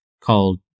called